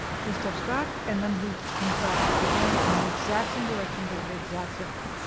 he steps back, and then he comes back again in the exact same direction, doing the exact same thing.